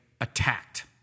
attacked